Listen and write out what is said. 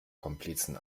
komplizen